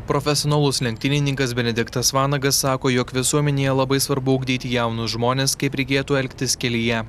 profesionalus lenktynininkas benediktas vanagas sako jog visuomenėje labai svarbu ugdyti jaunus žmones kaip reikėtų elgtis kelyje